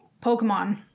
pokemon